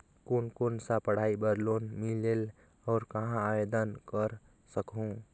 कोन कोन सा पढ़ाई बर लोन मिलेल और कहाँ आवेदन कर सकहुं?